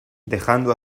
dejando